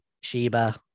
Sheba